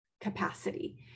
capacity